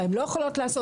מה הן לא יכולות לעשות,